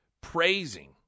Praising